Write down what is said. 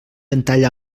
ventall